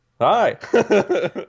Hi